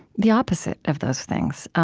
the opposite of those things.